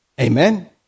Amen